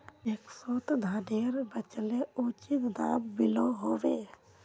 पैक्सोत धानेर बेचले उचित दाम मिलोहो होबे?